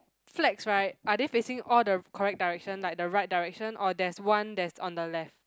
flags right are they facing all the correct direction like the right direction or there's one that's on the left